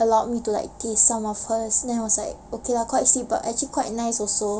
allowed me to like taste some of hers then it's was like okay lah quite sweet but actually quite nice also